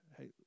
Hey